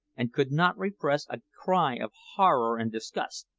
and could not repress a cry of horror and disgust.